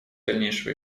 дальнейшего